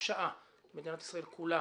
מדינת ישראל כולה,